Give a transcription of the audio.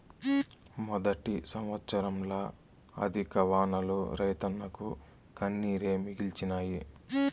మొదటి సంవత్సరంల అధిక వానలు రైతన్నకు కన్నీరే మిగిల్చినాయి